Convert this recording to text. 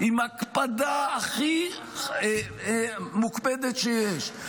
עם ההקפדה הכי מוקפדת שיש,